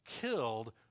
killed